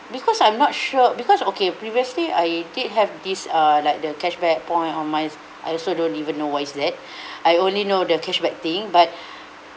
because I'm not sure because okay previously I did have this uh like the cashback point or miles I also don't even know what is that I only know the cashback thing but